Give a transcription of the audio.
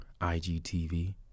IGTV